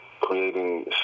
creating